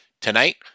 Tonight